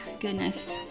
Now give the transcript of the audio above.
goodness